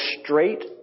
straight